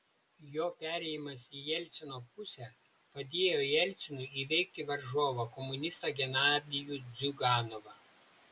jo perėjimas į jelcino pusę padėjo jelcinui įveikti varžovą komunistą genadijų ziuganovą